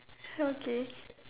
okay